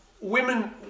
women